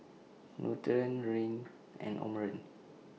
Nutren Rene and Omron